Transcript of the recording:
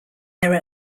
their